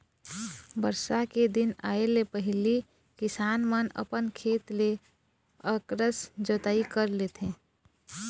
बरसा के दिन आए ले पहिली किसान मन अपन खेत ल अकरस जोतई कर लेथे